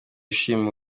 ashima